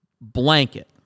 Blanket